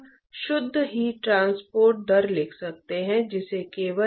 बाद में पाठ्यक्रम में हीट एक्सचेंजर के बारे में थोड़ा और देखेंगे